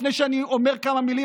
לפני שאני אומר כמה מילים,